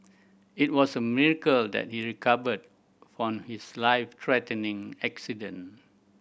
it was a miracle that he recovered from his life threatening accident